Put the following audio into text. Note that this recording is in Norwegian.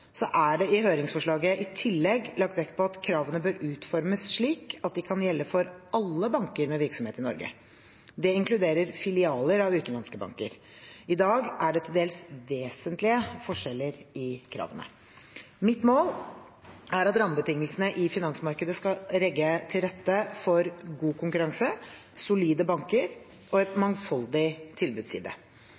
er det i høringsforslaget i tillegg lagt vekt på at kravene bør utformes slik at de kan gjelde for alle banker med virksomhet i Norge. Det inkluderer filialer av utenlandske banker. I dag er det til dels vesentlige forskjeller i kravene. Mitt mål er at rammebetingelsene i finansmarkedet skal legge til rette for god konkurranse, solide banker og en mangfoldig tilbudsside.